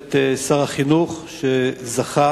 את שר החינוך, שזכה